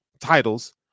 titles